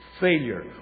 Failure